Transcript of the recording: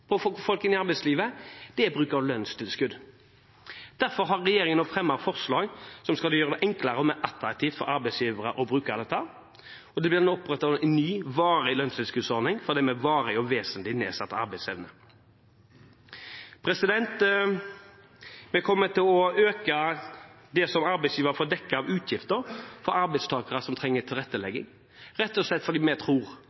å få folk inn i arbeidslivet, er bruk av lønnstilskudd. Derfor har regjeringen nå fremmet forslag som skal gjøre det enklere og mer attraktivt for arbeidsgivere å bruke det, og det blir nå opprettet en ny, varig lønnstilskuddsordning for dem med varig og vesentlig nedsatt arbeidsevne. Det som arbeidsgiver får dekket av utgifter for arbeidstakere som trenger